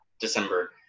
december